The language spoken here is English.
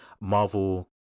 Marvel